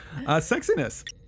Sexiness